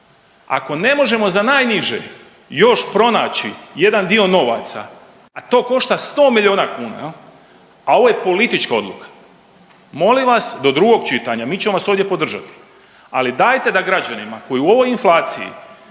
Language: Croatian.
Ako ne možemo za najniže još pronaći jedan dio novaca, a to košta 100 milijuna kuna jel, a ovo je politička odluka. Molim vas do drugog čitanja mi ćemo vas ovdje podržati, ali dajte da građanima koji u ovoj inflaciji